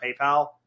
PayPal